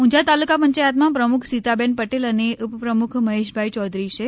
ઉંજા તાલુકા પંચાયતમાં પ્રમુખ સીતાબેન પટેલ અને ઉપપ્રમુખ મહેશભાઈ ચૌધરી છે